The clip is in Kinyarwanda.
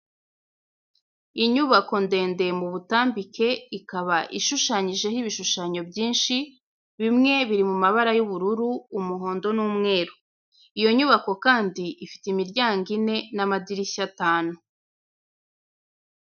Inyubako ndende m'ubutambike, ikaba ishushanyijeho ibishushanyo byinshi, bimwe biri mu mabara y'ubururu, umuhondo n'umweru. Iyo nyubako kandi ifite imiryango ine n'amadirishya atanu.